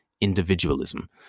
individualism